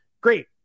Great